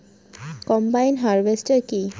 Combine harvester কি?